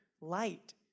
light